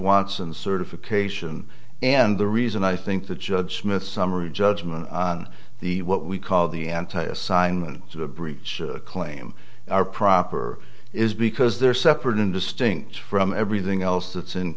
wants and certification and the reason i think the judge smith summary judgment on the what we call the anti assignment to the breach claim are proper is because they're separate and distinct from everything else that's in